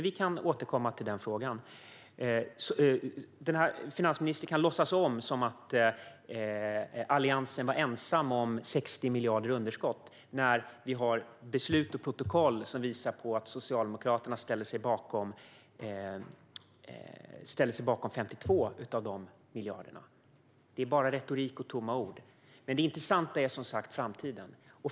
Vi kan dock återkomma till den frågan. Finansministern kan låtsas att Alliansen var ensam om 60 miljarder i underskott, men vi har beslut och protokoll som visar att Socialdemokraterna ställde sig bakom 52 av dessa miljarder. Det är bara retorik och tomma ord. Det intressanta är som sagt framtiden.